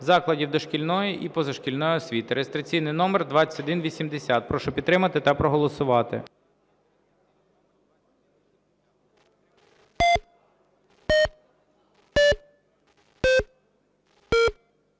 закладів дошкільної і позашкільної освіти (реєстраційний номер 2180). Прошу підтримати та проголосувати.